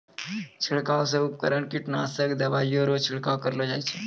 छिड़काव रो उपकरण कीटनासक दवाइ रो छिड़काव करलो जाय छै